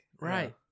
Right